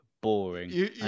boring